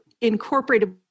incorporated